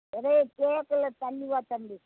ஏலேய் சேற்றுல தண்ணி வா தம்பி